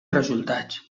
resultats